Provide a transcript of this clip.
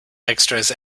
extras